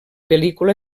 pel·lícula